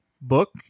book